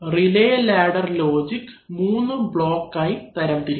relay ladder logic 3 block ആയി തരംതിരിക്കാം